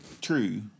true